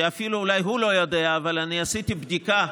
ואולי אפילו הוא לא יודע אבל אני עשיתי בדיקה,